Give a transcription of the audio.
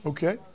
Okay